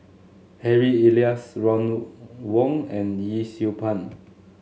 Harry Elias Ron Wong and Yee Siew Pun